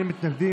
אין נמנעים.